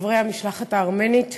חברי המשלחת הארמנית,